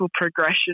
progression